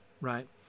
right